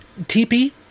TP